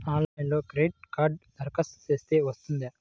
ఆన్లైన్లో క్రెడిట్ కార్డ్కి దరఖాస్తు చేస్తే వస్తుందా?